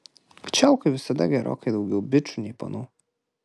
kačialkoj visada gerokai daugiau bičų nei panų